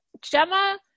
Gemma